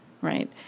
Right